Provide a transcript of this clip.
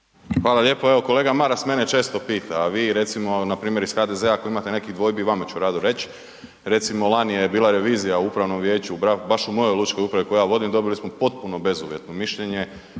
Hvala lijepo. Evo kolega Maras mene često pita a vi recimo npr. iz HDZ-a ako imate nekih dvojbi u vama ću rado reći, recimo lani je bila revizija u pravnom vijeću baš u mojoj lučkoj upravi, koju ja vodim, dobili smo potpuno bezuvjetno mišljenje